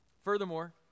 Furthermore